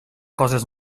coses